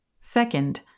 Second